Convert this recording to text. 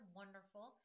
wonderful